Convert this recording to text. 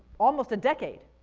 almost a decade?